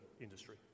industry